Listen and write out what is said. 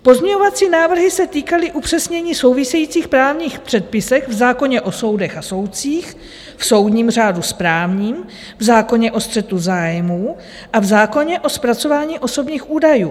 Pozměňovací návrhy se týkaly upřesnění v souvisejících právních předpisech v zákoně o soudech a soudcích, v soudním řádu správním, v zákoně o střetu zájmů a v zákoně o zpracování osobních údajů.